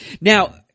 Now